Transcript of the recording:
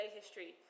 history